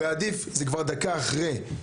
זה כבר דקה אחרי,